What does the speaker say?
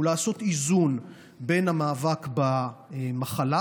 הוא לעשות איזון בין המאבק במחלה,